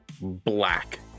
black